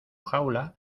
jaula